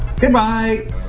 Goodbye